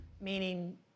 meaning